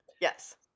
Yes